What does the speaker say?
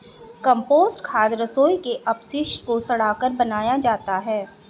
compost खाद रसोई के अपशिष्ट को सड़ाकर बनाया जाता है